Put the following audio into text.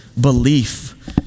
belief